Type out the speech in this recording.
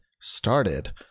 started